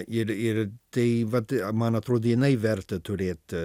ir ir tai vat man atrodė jinai verta turėt